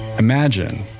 Imagine